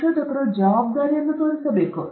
ಸಂಶೋಧಕರು ಜವಾಬ್ದಾರಿಯನ್ನು ತೋರಿಸಬೇಕು